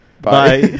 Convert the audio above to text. bye